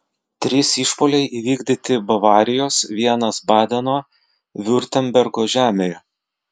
trys išpuoliai įvykdyti bavarijos vienas badeno viurtembergo žemėje